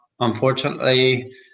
Unfortunately